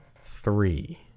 three